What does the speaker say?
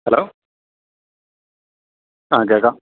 hello ആ കേള്ക്കാം